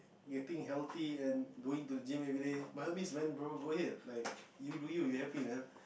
getting healthy and going to gym everyday by all means man bro go ahead like you do you you happy man